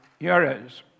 euros